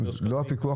לא הפיקוח